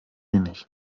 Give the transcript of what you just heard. wenig